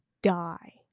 Die